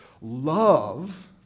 Love